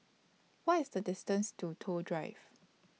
What IS The distance to Toh Drive